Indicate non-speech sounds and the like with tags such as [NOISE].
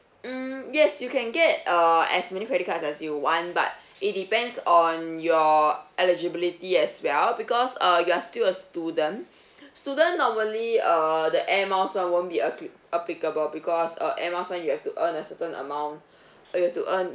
mm yes you can get err as many credit cards as you want but it depends on your eligibility as well because uh you are still a student [BREATH] student normally err the Air Miles [one] won't be appi~ applicable because uh Air Miles [one] you have to earn a certain amount [BREATH] uh you have to earn you have